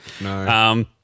No